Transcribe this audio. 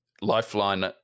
Lifeline